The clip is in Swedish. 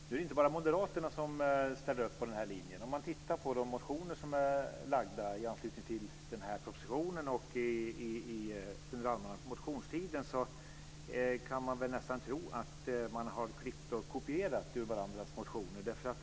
Det är inte bara moderaterna som ställer upp på denna linje. Om man tittar på de motioner som har väckts med anledning av denna proposition och under allmänna motionstiden kan man nästa tro att man har klippt och kopierat i varandras motioner.